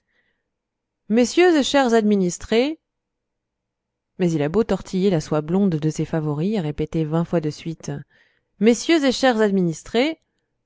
messieurs et chers administrés mais il a beau tortiller la soie blonde de ses favoris et répéter vingt fois de suite messieurs et chers administrés